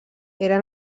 era